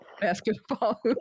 Basketball